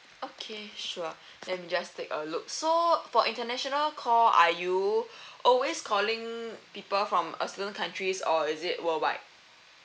okay sure let me just take a look so for international call are you always calling people from a certain countries or is it worldwide